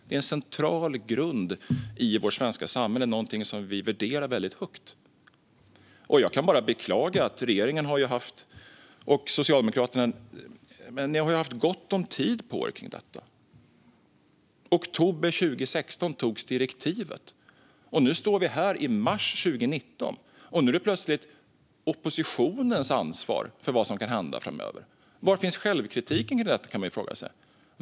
Det är en central grund i vårt svenska samhälle, någonting som vi värderar väldigt högt. Jag kan bara beklaga hur det blivit. Regeringen och Socialdemokraterna har haft gott om tid på sig för detta. I oktober 2016 antogs direktivet. Nu när vi står här i mars 2019 är det plötsligt oppositionens ansvar vad som kan hända framöver. Var finns självkritiken? Det kan man fråga sig.